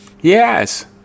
Yes